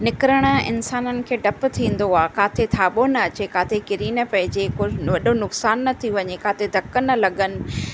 निकिरणु इंसाननि खे ॾपु थींदो आहे किथे थाॿो न अचे किथे किरी न पइजे कुझु वॾो नुक़सानु न थी वञे किथे धकु न लॻनि